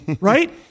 Right